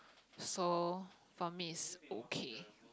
so for me is okay